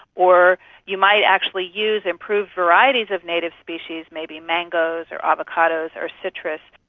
or you might actually use improved varieties of native species, maybe mangoes or avocados or citrus,